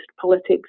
politics